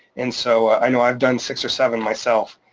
and so i know i've done six or seven myself.